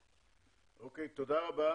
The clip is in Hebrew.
תודה רבה,